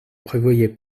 prévoyaient